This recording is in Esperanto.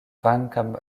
kvankam